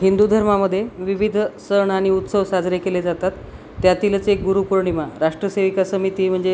हिंदू धर्मामध्ये विविध सण आणि उत्सव साजरे केले जातात त्यातीलच एक गुरुपौर्णिमा राष्ट्रसेविका समिती म्हणजे